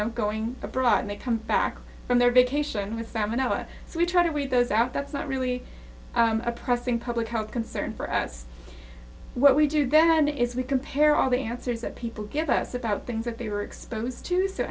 know going abroad and they come back from their vacation with famine or so we try to read those out that's not really a pressing public health concern for us what we do then is we compare all they had says that people give us about things they were exposed to so